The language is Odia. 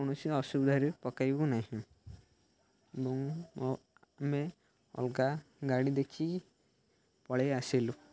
କୌଣସି ଅସୁବିଧାରେ ପକେଇବୁ ନାହିଁ ଏବଂ ଆମେ ଅଲଗା ଗାଡ଼ି ଦେଖିକି ପଳେଇଆସିଲୁ